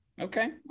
okay